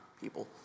people